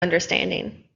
understanding